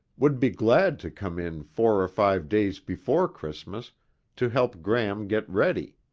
would be glad to come in four or five days before christmas to help gram get ready.